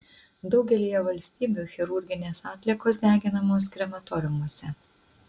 daugelyje valstybių chirurginės atliekos deginamos krematoriumuose